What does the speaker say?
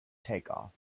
takeoff